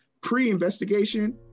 pre-investigation